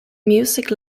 music